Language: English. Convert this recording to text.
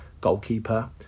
goalkeeper